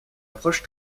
approche